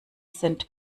sind